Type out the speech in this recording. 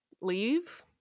leave